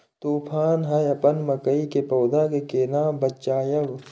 तुफान है अपन मकई के पौधा के केना बचायब?